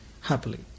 happily